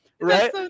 Right